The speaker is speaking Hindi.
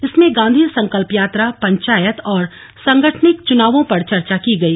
इसमें गांधी संकल्प यात्रा पंचायत और सांगठनिक चुनावों पर चर्चा की गई